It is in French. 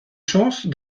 chance